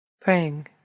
Praying